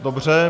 Dobře.